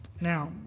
Now